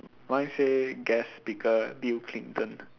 mine say guest speaker Bill Clinton